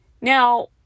Now